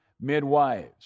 midwives